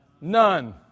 None